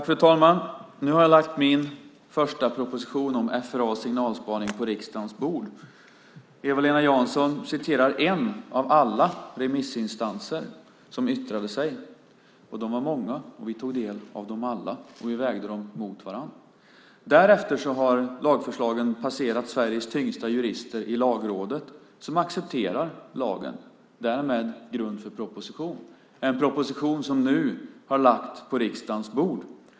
Fru talman! Nu har jag lagt min första proposition om FRA och signalspaning på riksdagens bord. Eva-Lena Jansson hänvisar till en av alla remissinstanser som yttrade sig. De var många, vi tog del av dem alla och vägde dem mot varandra. Därefter passerade lagförslagen Sveriges tyngsta jurister i Lagrådet, som accepterade lagen. Därmed fanns grund för den proposition som nu ligger på riksdagens bord.